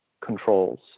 controls